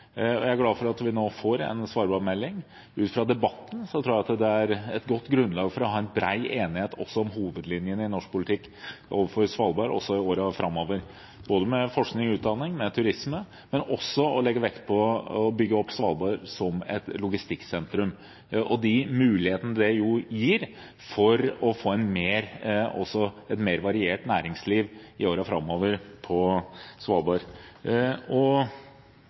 Jeg er glad for at vi nå får en svalbardmelding. Ut fra debatten tror jeg det er et godt grunnlag for å ha en bred enighet om hovedlinjene i norsk svalbardpolitikk også i årene framover, med både forskning og utdanning og turisme, men også for å legge vekt på å bygge opp Svalbard som et logistikksentrum med de mulighetene det jo gir for å få et mer variert næringsliv i årene framover på Svalbard.